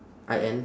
I N